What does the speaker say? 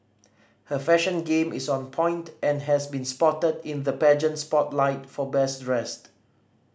her fashion game is on point and has been spotted in the pageant spotlight for best dressed